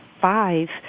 five